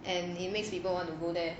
and it makes people want to go there